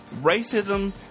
racism